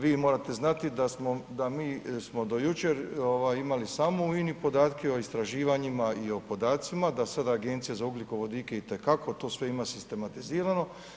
Vi morate znati da mi smo do jučer imali samo u INA-i podatke o istraživanjima i o podacima, da sada Agencija za ugljikovodike itekako to sve ima sistematizirano.